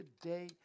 today